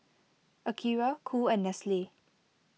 Akira Cool and Nestle